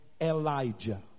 Elijah